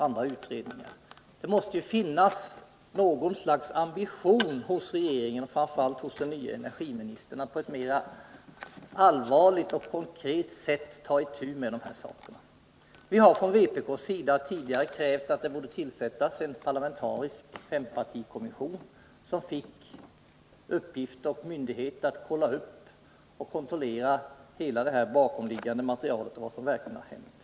Det måste ju finnas något slags ambition hos regeringen och framför allt hos den nye energiministern att på ett mera allvarligt och konkret sätt ta itu med dessa saker. Vi har från vpk:s sida tidigare krävt att det borde tillsättas en parlamentarisk fempartikommission som fick uppgift och myndighet att kontrollera hela det bakomliggande materialet och få fram vad som verkligen har förekommit.